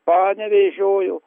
panevėžio jo